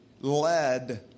Led